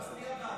אתה מצביע בעדה?